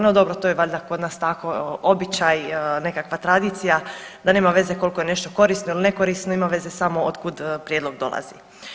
No dobro, to je valjda kod nas tako običaj, nekakva tradicija da nema veze koliko je nešto korisno ili ne korisno, ima veze samo otkud prijedlog dolazi.